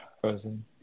Frozen